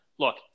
Look